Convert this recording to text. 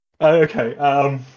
Okay